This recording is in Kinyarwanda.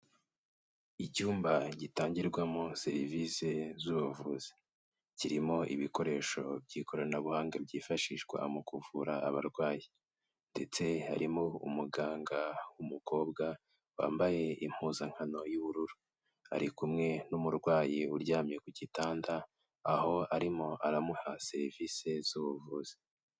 Icyumba gitangirwamo serivisi z'ubuvuzi, kirimo ibikoresho by'ikoranabuhanga byifashishwa mu kuvura abarwayi, ndetse harimo umuganga w'umukobwa wambaye impuzankano y'ubururu, ari kumwe n'umurwayi uryamye ku gitanda, aho arimo aramuha serivisi z'ubuvuzi.